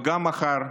וגם מחר,